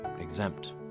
exempt